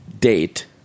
date